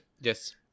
yes